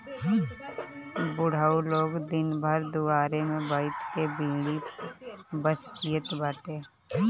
बुढ़ऊ लोग दिन भर दुआरे पे बइठ के बीड़ी बस पियत बाटे